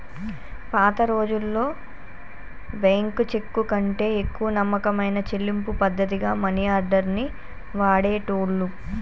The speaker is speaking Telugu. పాతరోజుల్లో బ్యేంకు చెక్కుకంటే ఎక్కువ నమ్మకమైన చెల్లింపు పద్ధతిగా మనియార్డర్ ని వాడేటోళ్ళు